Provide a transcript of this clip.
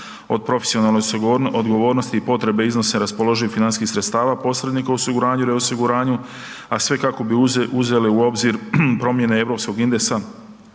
od profesionalne odgovornosti i potrebe iznose raspoloživih financijskih sredstava, posrednika u osiguranju i reosiguranju, a sve kako bi uzele u obzir promjene EU indeksa